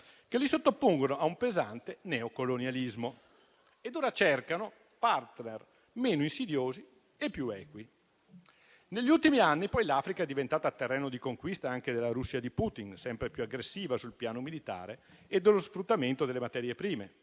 che li sottopongono a un pesante neocolonialismo ed ora cercano *partner* meno insidiosi e più equi. Negli ultimi anni poi l'Africa è diventata terreno di conquista anche della Russia di Putin, sempre più aggressiva sul piano militare, e dello sfruttamento delle materie prime